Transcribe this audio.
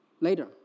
later